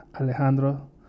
Alejandro